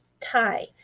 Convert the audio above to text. Thai